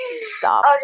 Stop